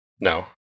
no